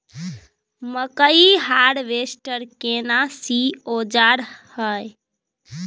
मकई हारवेस्टर केना सी औजार हय?